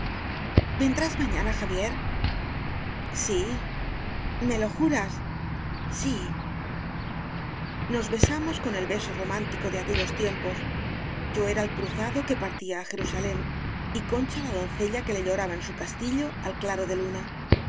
vendrás mañana xavier sí me lo juras s í nos besamos con el beso romántico de aquellos tiempos yo era el cruzado que par tía á jerusalén y concha la doncella que le lloraba en su castillo al claro de la luna